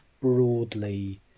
broadly